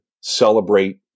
celebrate